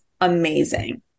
amazing